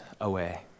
away